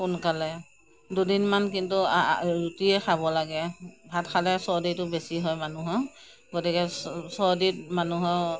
সোনকালে দুদিনমান কিন্তু ৰুটিয়ে খাব লাগে ভাত খালে চৰ্দিটো বেছি হয় মানুহৰ গতিকে চ চৰ্দিত মানুহৰ